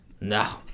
no